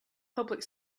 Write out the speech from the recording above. public